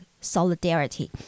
solidarity